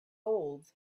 old